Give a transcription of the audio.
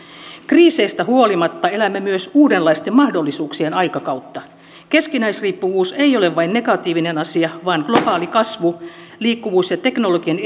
kriiseistä huolimatta elämme myös uudenlaisten mahdollisuuksien aikakautta keskinäisriippuvuus ei ole vain negatiivinen asia vaan globaali kasvu liikkuvuus ja teknologian